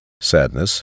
sadness